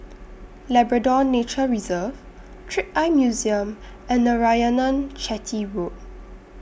Labrador Nature Reserve Trick Eye Museum and Narayanan Chetty Road